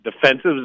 Defensive